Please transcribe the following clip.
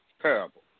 parable